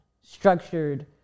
structured